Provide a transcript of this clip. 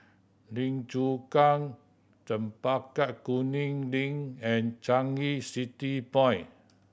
Lim Chu Kang Chempaka Kuning Link and Changi City Point